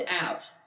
out